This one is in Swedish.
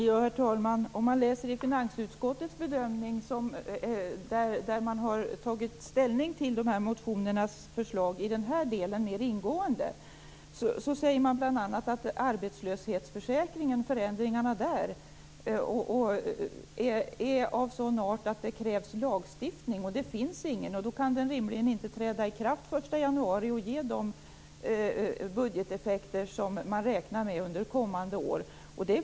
Herr talman! Om mer ingående man läser finansutskottets bedömning, där man har tagit ställning till motionernas förslag i den här delen, ser man bl.a. att förändringarna i arbetslöshetsförsäkringen är av sådan art att lagstiftning krävs. Det finns ingen sådan, och detta kan rimligen därför inte träda i kraft den 1 januari och ge de budgeteffekter man räknar med under kommande år.